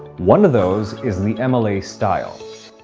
one of those is the mla style.